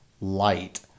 light